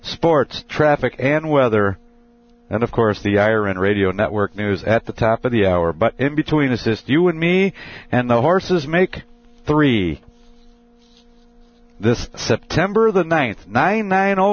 sports traffic and weather and of course the air and radio network news at the top of the hour but in between it's just you and me and the horses make three this september the ninth nine nine